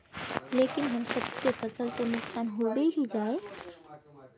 लेकिन हम सब के फ़सल तो नुकसान होबे ही जाय?